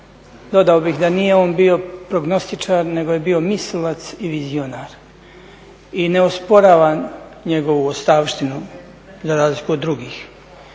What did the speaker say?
dodao bih da nije on bio prognostičar nego je bio mislilac i vizionar. I ne osporavam njegovu ostavštinu za razliku od drugih.